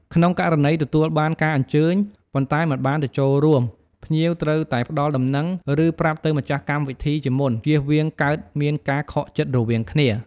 ក្នុងករណីទទួលបានការអញ្ជើញ ប៉ុន្តែមិនបានទៅចូលរួម ភ្ញៀងត្រូវតែផ្ដល់ដំណឹង ឬ ប្រាប់ទៅម្ចាស់កម្មវិធីជាមុន ជៀសវាង កើតមានការខកចិត្តរវាងគ្នា។